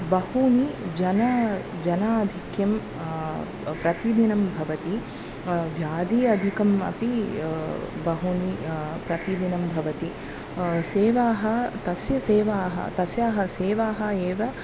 बहूनि जना जनाधिक्यं प्रतिदिनं भवति व्याधि अधिकम् अपि बहूनि प्रतिदिनं भवन्ति सेवाः तस्य सेवाः तस्याः सेवाः एव